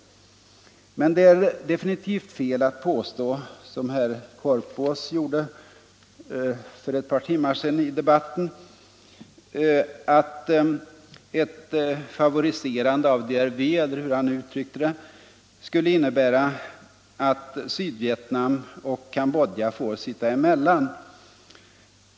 Men det är definitivt fel att påstå, som herr Korpås gjorde för ett par timmar sedan i debatten, att ett favoriserande av DRV, eller hur han uttryckte det, skulle innebära att Sydvietnam och Cambodja får sitta emellan.